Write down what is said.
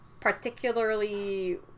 particularly